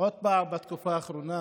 עוד פעם בתקופה האחרונה